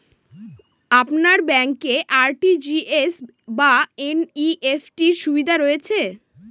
আপনার ব্যাংকে আর.টি.জি.এস বা এন.ই.এফ.টি র সুবিধা রয়েছে?